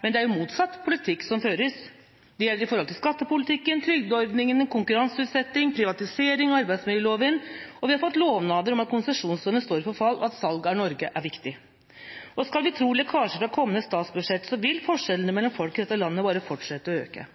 men det er motsatt politikk som føres. Det gjelder skattepolitikken, trygdeordningene, konkurranseutsetting, privatisering og arbeidsmiljøloven. Vi har fått lovnader om at konsesjonslovene står for fall, og at salg av Norge er viktig. Skal vi tro lekkasjer fra kommende statsbudsjett, vil forskjellene mellom folk i dette landet bare fortsette å øke.